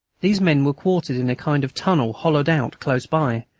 these men were quartered in a kind of tunnel hollowed out close by,